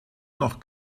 nach